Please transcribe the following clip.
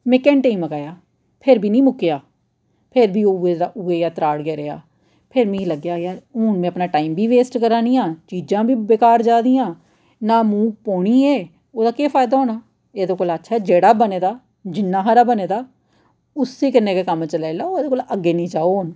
में घैंटे च मकाया फिर बी नेईं मुक्केआ फ्ही ओह् उऐ नेहा उ'ऐ नेहा त्राड़ गै रेहा फिर मिगी लग्गेआ यार हून में अपना टाइम बी वेस्ट करै निं आं ते चीजां बी बेकार जा दियां न मुहं पौनी एह् ओह्दा केह् फायदा होना एह्दे कोला अच्छा ऐ जेह्ड़ा बने दा जिन्ना हारा बने दा उस्सै कन्नै गै कम्म चलाई लैओ ओह्दे कोला अग्गें निं जाओ हून